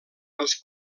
els